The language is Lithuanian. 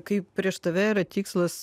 kai prieš tave yra tikslas